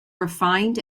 refined